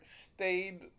stayed